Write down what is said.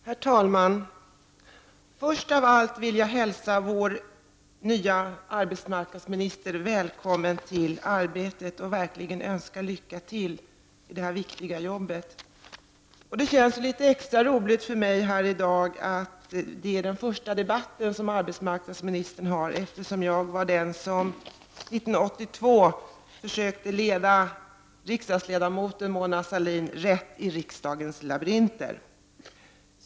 Herr talman! Först av allt vill jag hälsa vår nya arbetsmarknadsminister välkommen till arbetet — och verkligen önska lycka till i det här viktiga jobbet. Det känns litet extra roligt för mig att detta är den första debatten här för arbetsmarknadsministern, eftersom jag var den som 1982 försökte leda riksdagsledamoten Mona Sahlin rätt i riksdagens labyrinter.